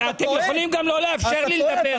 אתם יכולים גם לא לאפשר לי לדבר.